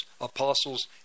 apostles